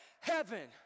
Heaven